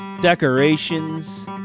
decorations